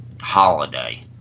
holiday